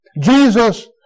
Jesus